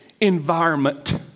environment